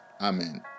Amen